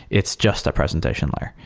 it's just a presentation layer.